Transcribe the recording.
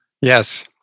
Yes